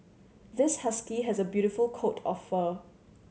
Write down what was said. this husky has a beautiful coat of fur